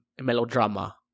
melodrama